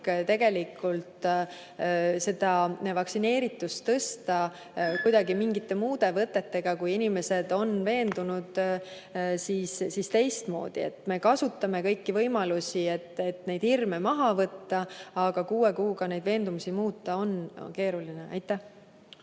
tegelikult vaktsineeritust tõsta mingite muude võtetega, kui inimeste veendumused on teistsugused. Me kasutame kõiki võimalusi, et neid hirme maha võtta, aga kuue kuuga neid veendumusi muuta on keeruline. Aitäh!